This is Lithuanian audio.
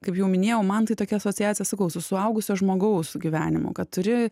kaip jau minėjau man tai tokia asociacija sakau su suaugusio žmogaus gyvenimu kad turi